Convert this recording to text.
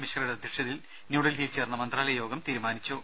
മിശ്രയുടെ അധ്യക്ഷതയിൽ ന്യൂഡൽഹിയിൽ ചേർന്ന മന്ത്രാലയ യോഗം തീരുമാനിച്ചു